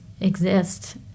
exist